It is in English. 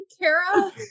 Kara